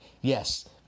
Yes